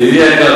ידידי היקר,